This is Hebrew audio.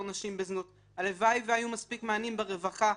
נשים בזנות; הלוואי והיו מספיק מענים ברווחה,